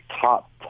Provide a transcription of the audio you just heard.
top